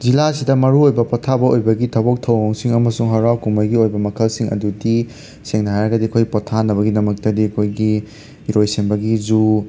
ꯖꯤꯂꯥ ꯑꯁꯤꯗ ꯃꯔꯨꯑꯣꯏꯕ ꯄꯣꯠꯊꯥꯕ ꯑꯣꯏꯕꯒꯤ ꯊꯕꯛ ꯊꯧꯋꯣꯡꯁꯤꯡ ꯑꯃꯁꯨꯡ ꯍꯔꯥꯎ ꯀꯨꯝꯍꯩꯒꯤ ꯑꯣꯏꯕ ꯃꯈꯜꯁꯤꯡ ꯑꯗꯨꯗꯤ ꯁꯦꯡꯅ ꯍꯥꯏꯔꯒꯗꯤ ꯑꯩꯈꯣꯏ ꯄꯣꯠꯊꯥꯅꯕꯒꯤꯗꯃꯛꯇꯗꯤ ꯑꯩꯈꯣꯏꯒꯤ ꯏꯔꯣꯏꯁꯦꯝꯕꯒꯤ ꯖꯨ